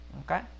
okay